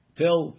till